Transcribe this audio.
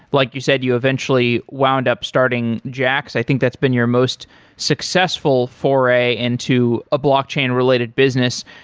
like you said, you eventually wound up starting jaxx. i think that's been your most successful foray into a blockchain-related business.